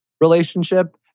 relationship